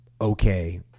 okay